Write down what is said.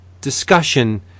discussion